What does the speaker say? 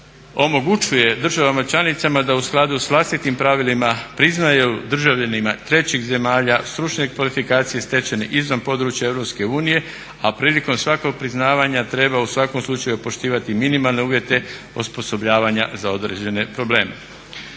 omogućuje državama članicama da u skladu s vlastitim pravilima priznaju državljanima trećih zemalja stručne kvalifikacije stečene izvan područja EU a prilikom svakog priznavanja treba u svakom slučaju poštivati minimalne uvjete osposobljavanja za određene probleme.